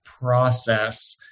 process